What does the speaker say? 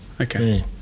Okay